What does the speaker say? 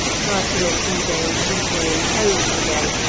but in a few days these were imposed again,